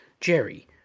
Jerry